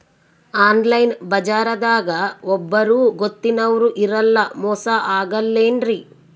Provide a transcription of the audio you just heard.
Online ಬಜಾರದಾಗ ಒಬ್ಬರೂ ಗೊತ್ತಿನವ್ರು ಇರಲ್ಲ, ಮೋಸ ಅಗಲ್ಲೆನ್ರಿ?